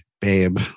babe